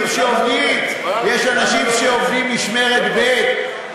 אנשים שעובדים, יש אנשים שעובדים משמרת ב'.